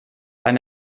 beim